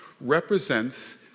represents